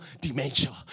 dementia